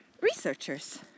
Researchers